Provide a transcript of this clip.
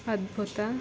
ಅದ್ಭುತ